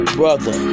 brother